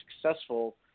successful